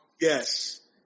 Yes